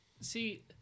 See